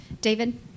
David